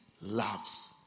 loves